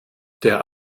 der